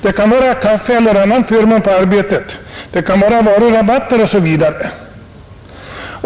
Det kan vara kaffe eller annan förmån på arbetsplatsen, det kan vara varurabatter osv.